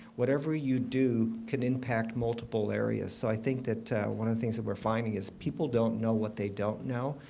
whatever you do can impact multiple areas. so i think that one of the things that we're finding is people don't know what they don't know.